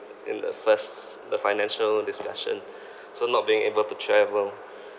in the first the financial discussion so not being able to travel